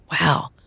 Wow